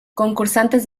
concursantes